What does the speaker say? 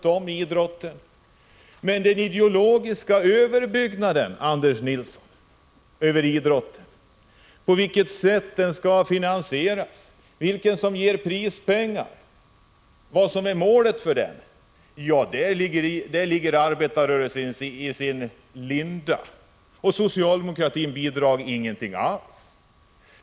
Men beträffande den ideologiska överbyggnaden över idrotten, Anders Nilsson — på vilket sätt den skall finansieras, vem som skall ge prispengar, vad som är målet för den — där ligger arbetarrörelsen i sin linda, och socialdemokratin bidrar ingenting alls.